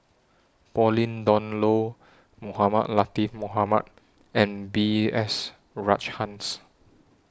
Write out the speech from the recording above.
Pauline Dawn Loh Mohamed Latiff Mohamed and B S Rajhans